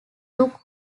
took